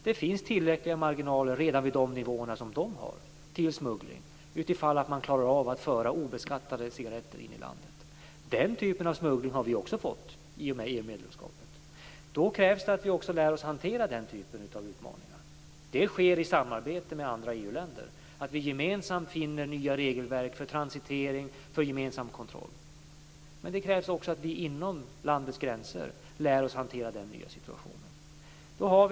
Det finns tillräckliga marginaler för smuggling redan vid de nivåer som de har, om man klarar av att föra in obeskattade cigaretter i landet. Den typen av smuggling har vi också fått i och med EU Det krävs att vi också lär oss att hantera den typen av utmaningar. Det sker i samarbete med andra EU länder. Vi finner gemensamt nya regelverk för transitering, för gemensam kontroll. Men det krävs också att vi inom landets gränser lär oss att hantera den nya situationen.